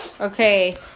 Okay